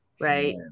Right